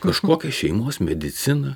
kažkokia šeimos medicina